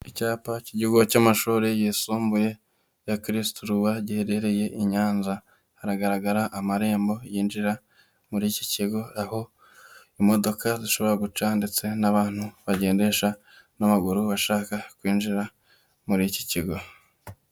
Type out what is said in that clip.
Icyapa cy'ikigo cy'amashuri yisumbuye cya Kristu Roi giherereye i Nyanza, haragaragara amarembo yinjira muri iki kigo, aho imodoka zishobora guca ndetse n'abantu bagendesha n'amaguru bashaka kwinjira muri iki kigo.